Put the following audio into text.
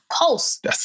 post